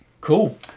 cool